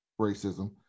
racism